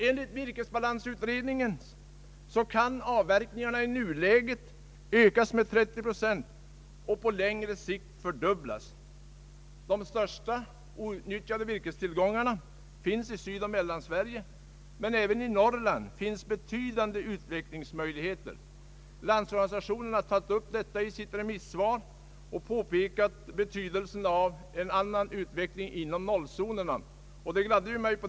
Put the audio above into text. Enligt virkesbalansutredningen kan avverkningarna i nuläget ökas med 30 procent och på längre sikt fördubblas. De största outnyttjade råvarutillgångarna finns i Sydoch Mellansverige, men även i Norrland finns betydande utvecklingsmöjligheter. LO tar upp denna fråga i sitt remissyttrande och pekar på behovet av en bättre samordning av skogsbruket inom nollzonerna i Norrlands inland.